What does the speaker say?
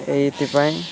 ଏଇଥିପାଇଁ